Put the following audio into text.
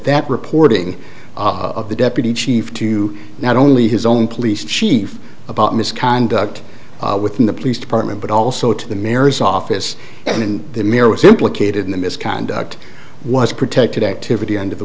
that reporting of the deputy chief to not only his own police chief about misconduct within the police department but also to the mayor's office and in the mirror was implicated in the misconduct was protected activity under the